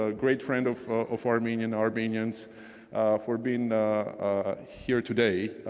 ah great friend of of armenians armenians for being here today.